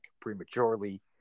prematurely